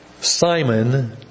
Simon